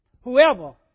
whoever